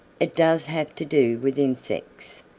it does have to do with insects.